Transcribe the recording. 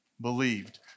believed